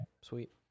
sweet